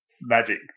magic